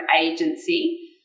agency